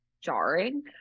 jarring